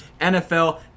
NFL